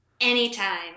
Anytime